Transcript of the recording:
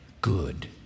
good